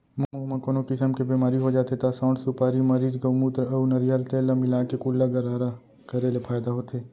मुंह म कोनो किसम के बेमारी हो जाथे त सौंठ, सुपारी, मरीच, गउमूत्र अउ नरियर तेल ल मिलाके कुल्ला गरारा करे ले फायदा होथे